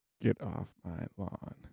Get-off-my-lawn